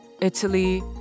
Italy